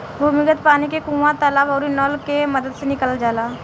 भूमिगत पानी के कुआं, तालाब आउरी नल के मदद से निकालल जाला